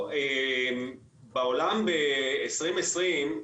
בעולם ב-2020,